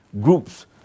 groups